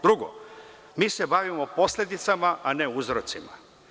Drugo, mi se bavimo posledicama, a ne uzrocima.